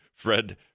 Fred